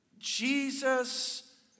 Jesus